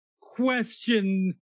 question